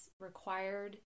required